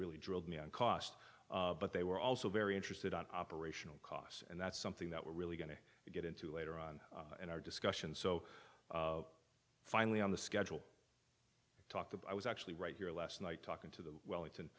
really drilled me on cost but they were also very interested on operational costs and that's something that we're really going to get into later on in our discussions so finally on the schedule talked about i was actually right here last night talking to the wellington